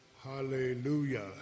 Hallelujah